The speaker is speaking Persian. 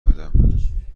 بودم